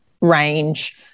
range